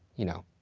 you know,